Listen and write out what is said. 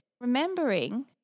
remembering